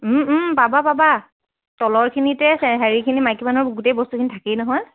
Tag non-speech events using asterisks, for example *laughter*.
পাবা পাবা তলৰখিনিতে *unintelligible* হেৰিখিনি মাইকী মানুহৰ গোটেই বস্তুখিনি থাকেই নহয়